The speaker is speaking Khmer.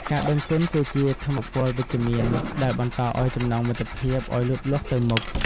ការដឹងគុណគឺជាថាមពលវិជ្ជមានដែលបន្តឱ្យចំណងមិត្តភាពឱ្យលូតលាស់ទៅមុខ។